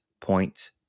points